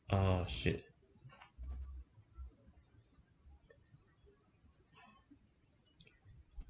oh shit